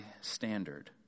standard